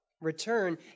return